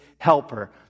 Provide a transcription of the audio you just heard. helper